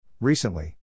Recently